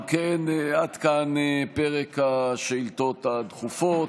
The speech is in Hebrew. אם כן, עד כאן פרק השאילתות הדחופות.